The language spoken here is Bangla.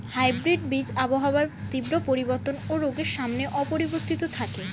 হাইব্রিড বীজ আবহাওয়ার তীব্র পরিবর্তন ও রোগের সামনেও অপরিবর্তিত থাকে